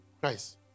Christ